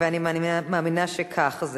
ואני מאמינה שזה כך.